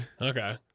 Okay